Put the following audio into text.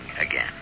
again